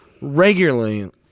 regularly